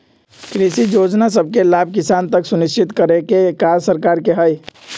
कृषि जोजना सभके लाभ किसान तक सुनिश्चित करेके काज सरकार के हइ